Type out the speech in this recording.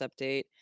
update